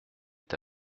est